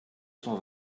cent